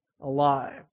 alive